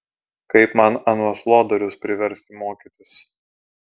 kaip man anuos lodorius priversti mokytis